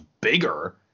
bigger